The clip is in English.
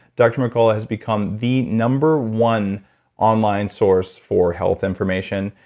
dr. mercola has become the number one online source for health information,